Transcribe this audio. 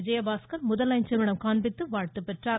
விஜயபாஸ்கர் முதலமைச்சரிடம் காண்பித்து வாழ்த்து பெற்றார்